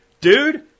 Dude